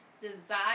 desire